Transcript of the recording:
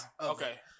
Okay